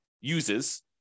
uses